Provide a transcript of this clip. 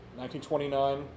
1929